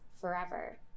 forever